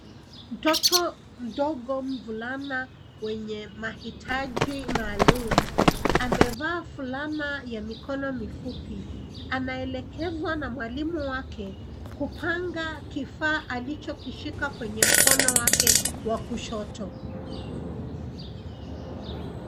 Mtoto mdogo mvulana mwenye mahitaji maalum, amevaa fulana ya mikono mifupi anaelekezwa na mwalimu wake kupanga kifaa alichokishika kwenye mkono wake wa kushoto.